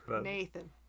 Nathan